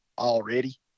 already